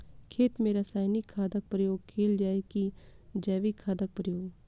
खेत मे रासायनिक खादक प्रयोग कैल जाय की जैविक खादक प्रयोग?